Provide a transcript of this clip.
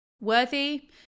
worthy